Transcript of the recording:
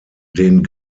den